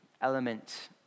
element